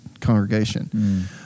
congregation